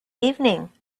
evening